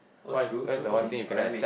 what's what's the one thing you cannot accept